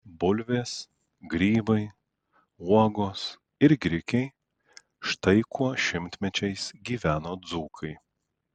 bulvės grybai uogos ir grikiai štai kuo šimtmečiais gyveno dzūkai